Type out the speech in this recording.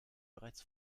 bereits